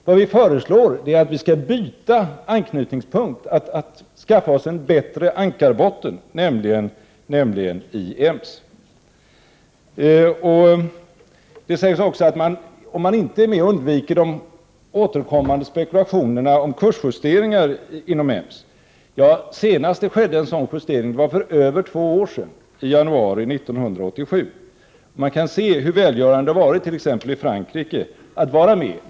Vad vi föreslår är att vi skall byta anknytningspunkt och skaffa oss en bättre ankarbotten, nämligen i EMS. Det sägs också att man om man inte är med undviker de återkommande spekulationerna om kursjusteringar inom EMS. Ja, senast det skedde en sådan justering var för över två år sedan, i januari 1987. Man kan se hur välgörande det har varit t.ex i Frankrike att vara med.